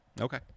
okay